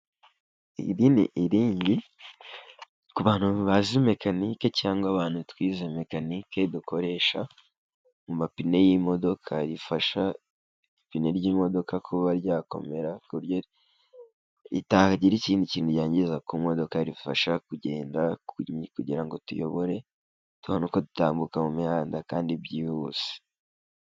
Iri ni irindi ku bantu bazi mekinike cyangwa abantu twize mekanike dukoresha mu mapine y'imodoka rifasha ipine ry'imodoka kuba ryakomera kuburyo ritagira ikindi kintu yangiza ku modoka, rifasha kugenda kugira ngo tuyobore tuhanuka dutambuka mu mihanda kandi byihuse.